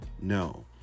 No